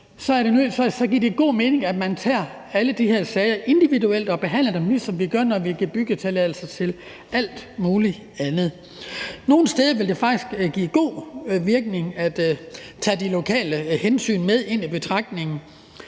giver det god mening, at man tager alle de her sager individuelt og behandler dem, ligesom vi gør, når vi giver byggetilladelse til alt muligt andet. Nogle steder vil det faktisk have en god virkning at tage de lokale hensyn med ind i betragtningen.